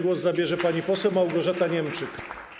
Głos zabierze pani poseł Małgorzata Niemczyk.